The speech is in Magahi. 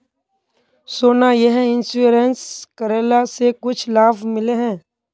सोना यह इंश्योरेंस करेला से कुछ लाभ मिले है?